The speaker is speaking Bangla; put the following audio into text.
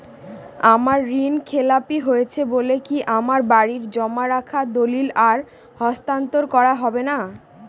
আমার ঋণ খেলাপি হয়েছে বলে কি আমার বাড়ির জমা রাখা দলিল আর হস্তান্তর করা হবে না?